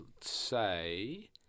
say